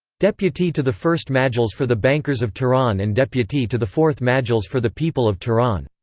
deputee to the first majles for the bankers of tehran and deputee to the fourth majles for the people of tehran.